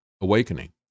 awakening